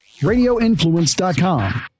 RadioInfluence.com